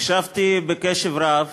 הקשבתי בקשב רב